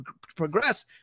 progress